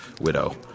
Widow